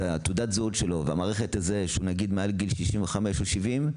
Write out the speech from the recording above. תעודת הזהות שלו והמערכת תזהה שהוא מעל גיל 65 או 70,